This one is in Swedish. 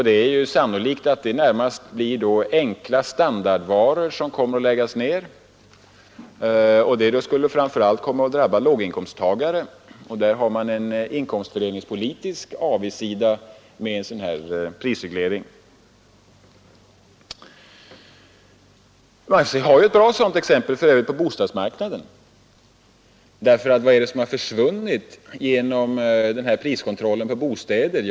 Det är då sannolikt att det närmast blir tillverkningen av enkla standardvaror som kommer att läggas ner, vilket framför allt skulle komma att drabba låginkomsttagarna. Där finns således en inkomstfördelningspolitisk avigsida med en prisreglering. Vi har för övrigt ett exempel som belyser detta, nämligen bostadsmarknaden. Vad är det som har försvunnit genom priskontrollen på bostäder?